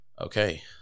okay